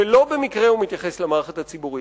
ולא במקרה הוא מתייחס למערכת הציבורית.